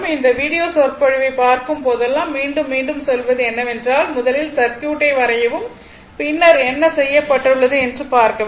இந்த வீடியோ சொற்பொழிவைப் பார்க்கும் போதெல்லாம் மீண்டும் மீண்டும் சொல்வது என்னவென்றால் முதலில் சர்க்யூட்டை வரையவும் பின்னர் என்ன செய்யப்பட்டுள்ளது என்று பார்க்க வேண்டும்